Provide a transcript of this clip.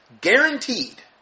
Guaranteed